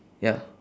ya